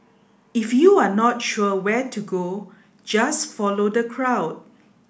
if you're not sure where to go just follow the crowd